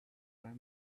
time